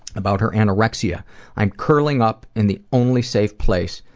about her anorexia i am curling up in the only safe place,